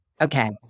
Okay